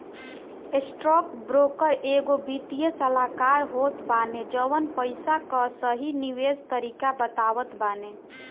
stockbroker एगो वित्तीय सलाहकार होत बाने जवन पईसा कअ सही निवेश तरीका बतावत बाने